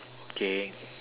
okay